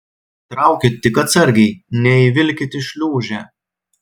traukit tik atsargiai neįvilkit į šliūžę